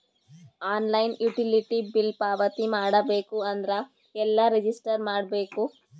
Online utility bill ಪಾವತಿ ಮಾಡಬೇಕು ಅಂದ್ರ ಎಲ್ಲ ರಜಿಸ್ಟರ್ ಮಾಡ್ಬೇಕು?